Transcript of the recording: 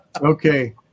Okay